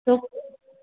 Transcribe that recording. তো